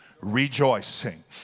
rejoicing